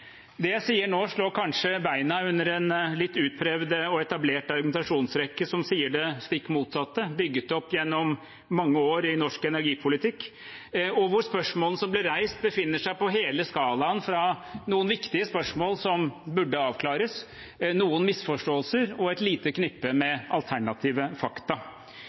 Det jeg sier nå, slår kanskje beina under en litt utprøvd og etablert argumentasjonsrekke som sier det stikk motsatte, bygget opp gjennom mange år i norsk energipolitikk, og hvor spørsmålene som ble reist, befinner seg på hele skalaen – fra noen viktige spørsmål som burde avklares, til noen misforståelser og et lite knippe med alternative fakta.